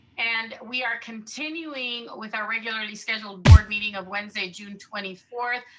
and we are continuing with our regularly scheduled board meeting of wednesday, june twenty fourth.